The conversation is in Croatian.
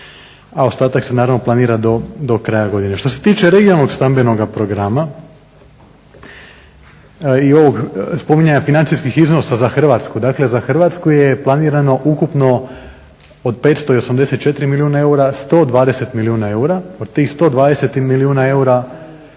a ostatak se naravno planira do kraja godine. Što se tiče regionalnog stambenog programa i ovog spominjanja financijskih iznosa za Hrvatsku, dakle za Hrvatsku je planirano ukupno od 584 milijuna eura 120 milijuna eura, od tih 120 milijuna eura